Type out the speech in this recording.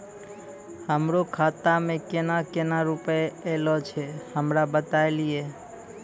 हमरो खाता मे केना केना रुपैया ऐलो छै? हमरा बताय लियै?